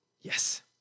Yes